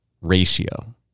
ratio